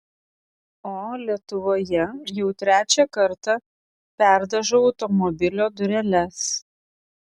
o lietuvoje jau trečią kartą perdažau automobilio dureles